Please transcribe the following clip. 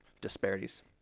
disparities